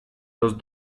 los